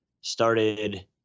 started